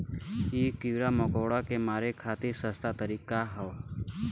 इ कीड़ा मकोड़ा के मारे खातिर सस्ता तरीका हौ